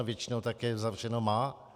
Většina také zavřeno má.